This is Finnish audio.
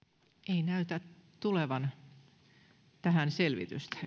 ei näytä tulevan tähän selvitystä